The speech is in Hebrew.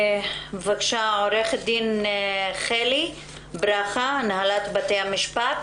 עורכת דין חלי ברכה מהנהלת בתי המשפט